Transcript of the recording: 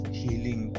healing